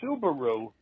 Subaru